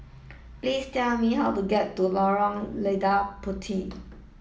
please tell me how to get to Lorong Lada Puteh